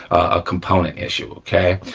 a component issue okay?